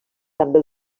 també